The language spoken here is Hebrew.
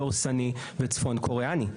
דורסני וצפון קוריאני.